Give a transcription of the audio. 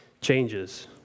changes